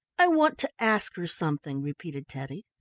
i want to ask her something, repeated teddy.